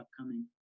upcoming